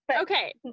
Okay